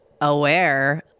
aware